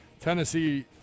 Tennessee